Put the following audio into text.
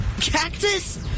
Cactus